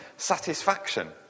satisfaction